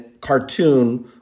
cartoon